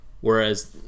Whereas